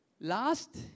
Last